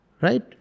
Right